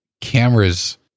cameras